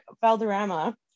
Valderrama